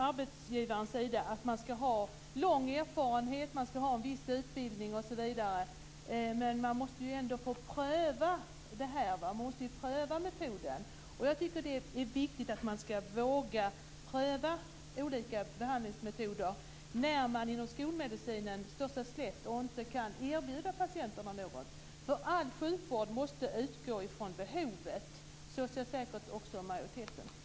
Arbetsgivaren kräver att de skall ha lång erfarenhet och viss utbildning. Men man måste ändå få pröva metoden. Det är viktigt att våga pröva olika behandlingsmetoder när man inom skolmedicinen står sig slätt och inte kan erbjuda patienten någon vård. All sjukvård måste utgå från behovet. Så ser säkert också majoriteten på saken.